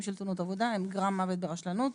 של תאונות עבודה הן גרימת מוות ברשלנות,